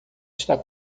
está